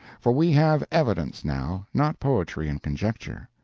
for we have evidence now not poetry and conjecture.